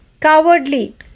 cowardly